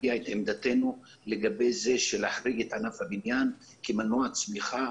שנביע את עמדתנו לגבי החרגת ענף הבנייה כמנוע צמיחה